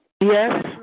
Yes